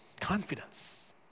confidence